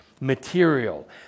Material